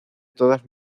todas